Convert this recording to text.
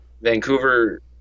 Vancouver